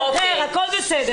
שחרר, הכול בסדר.